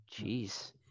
jeez